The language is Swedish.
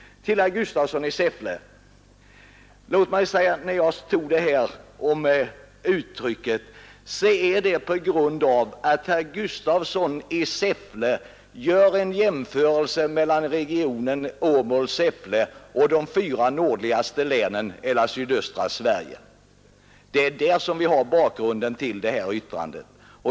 Till herr Gustafsson i Säffle: Jag använde det där uttrycket på grund av att herr Gustafsson i Säffle gjorde en jämförelse mellan regionen Åmål-Säffle och de fyra nordligaste länen eller sydöstra Sverige. Där finns bakgrunden till yttrandet.